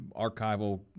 archival